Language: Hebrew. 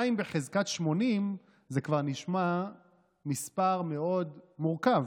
2 בחזקת 80 זה כבר נשמע מספר מאוד מורכב,